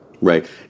Right